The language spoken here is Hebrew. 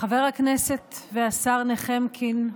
חבר הכנסת והשר נחֵמקין,